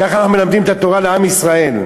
ככה אנחנו מלמדים את התורה לעם ישראל.